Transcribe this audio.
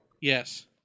Yes